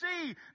see